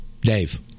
Dave